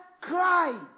cried